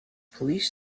please